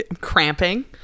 cramping